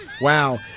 Wow